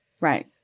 Right